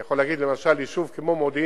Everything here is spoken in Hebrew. אני יכול להגיד, למשל, על יישוב כמו מודיעין-עילית